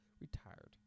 retired